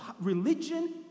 religion